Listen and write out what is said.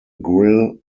grille